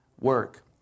work